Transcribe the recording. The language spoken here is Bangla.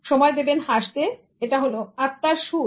সময় দেবেন হাসতে এটা হল আত্মার সুর